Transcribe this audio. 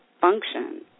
function